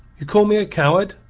you call me a coward?